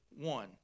one